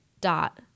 Dot